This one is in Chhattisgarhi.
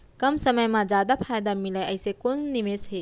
कम समय मा जादा फायदा मिलए ऐसे कोन निवेश हे?